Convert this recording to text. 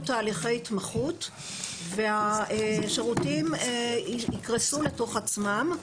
תהליכי התמחות והשירותים יקרסו לתוך עצמם,